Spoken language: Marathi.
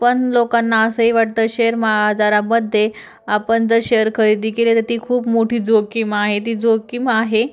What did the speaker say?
पण लोकांना असंही वाटतं शेअर मा जारामध्ये आपण जर शेअर खरेदी केले तर ती खूप मोठी जोखीम आहे ती जोखीम आहे